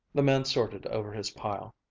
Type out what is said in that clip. the man sorted over his pile.